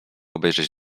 obejrzeć